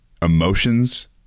emotions